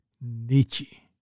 Nietzsche